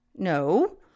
No